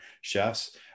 chefs